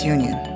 Union